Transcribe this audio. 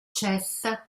cessa